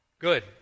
Good